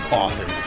author